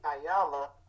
Ayala